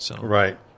Right